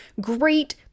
Great